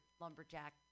lumberjack